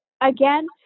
again